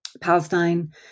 Palestine